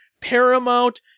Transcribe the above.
paramount